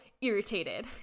irritated